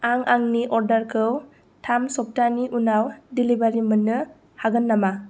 आं आंनि अर्डर थाम सप्तानि उनाव डेलिभारि मोननो हागोन नामा